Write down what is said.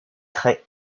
trait